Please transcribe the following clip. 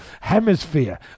hemisphere